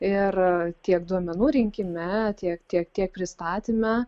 ir tiek duomenų rinkime tiek tiek tiek pristatyme